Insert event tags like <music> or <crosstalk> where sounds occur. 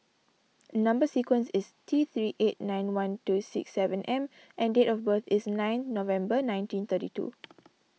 Number Sequence is T three eight nine one two six seven M and date of birth is ninth November nineteen thirty two <noise>